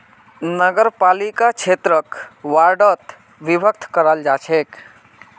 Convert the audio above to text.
नगरपालिका क्षेत्रक वार्डोत विभक्त कराल जा छेक